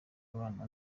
abana